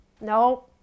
No